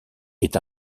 est